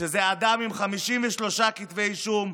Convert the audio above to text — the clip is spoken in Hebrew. שזה אדם עם 53 כתבי אישום,